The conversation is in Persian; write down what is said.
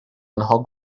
آنها